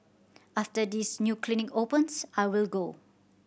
after this new clinic opens I will go